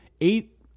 eight